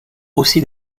aussi